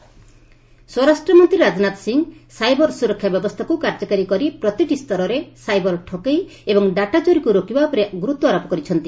Rajnath CISF ସ୍ୱରାଷ୍ଟ୍ର ମନ୍ତ୍ରୀ Rajnath Singh cyber ସୁରକ୍ଷା ବ୍ୟବସ୍ଥାକୁ କାର୍ଯ୍ୟକାରୀ କରି ପ୍ରତିଟି ସ୍ତରରେ ସାଇବର ଠକେଇ ଏବଂ ଡାଟା ଚୋରିକୁ ରୋକିବା ଉପରେ ଗୁରୁତ୍ସ ଆରୋପ କରିଛନ୍ତି